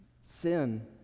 Sin